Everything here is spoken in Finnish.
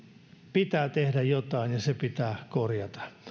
pitää tehdä jotain ja se pitää korjata